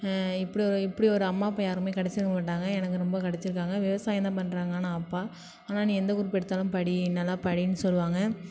இப்படி ஒரு இப்படி ஒரு அம்மா அப்பா யாருக்குமே கிடைச்சிருக்க மாட்டாங்க எனக்கு ரொம்ப கிடைச்சிருக்காங்க விவசாயந்தான் பண்ணுறாங்க ஆனால் அப்பா ஆனால் நீ எந்த குரூப் எடுத்தாலும் படி நல்லா படின்னு சொல்லுவாங்க